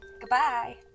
goodbye